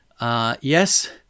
Yes